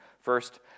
First